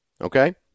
Okay